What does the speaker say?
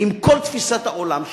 עם כל תפיסת העולם שלכם,